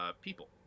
people